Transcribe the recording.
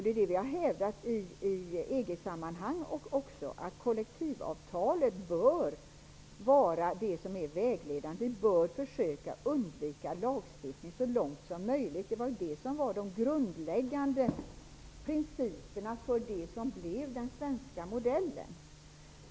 Det är det vi har hävdat i EG-sammanhang också, dvs. att kollektivavtalet bör vara vägledande, att man så långt som möjligt bör undvika lagstiftning. Det var de grundläggande principerna för det som blev den svenska modellen.